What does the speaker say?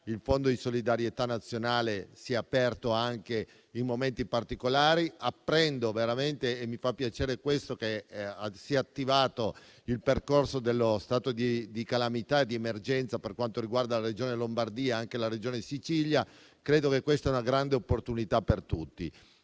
Il Fondo di solidarietà nazionale si è aperto anche in momenti particolari. Apprendo - e mi fa veramente piacere - che si è attivato il percorso dello stato di calamità e di emergenza per la Regione Lombardia e anche per la Regione Sicilia. Credo che questa sia una grande opportunità per tutti.